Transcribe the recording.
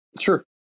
Sure